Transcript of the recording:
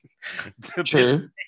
True